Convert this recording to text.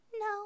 no